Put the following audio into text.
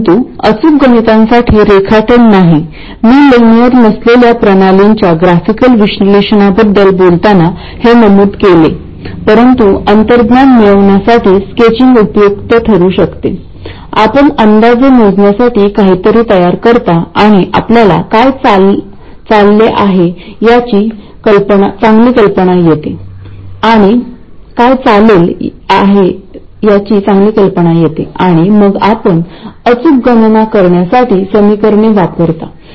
परंतु या प्रकरणात आपण या एक्सप्रेशन वरून पाहू शकता जर Vt आपल्या अपेक्षेपेक्षा जास्त मोठा असेल तर परिणामस्वरूप VGS देखील वाढेल